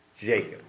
Jacob